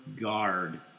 guard